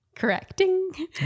Correcting